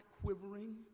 quivering